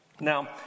Now